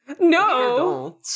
No